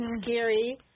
scary